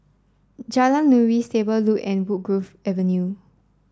Jalan Nuri Stable Loop and Woodgrove Avenue